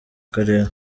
karere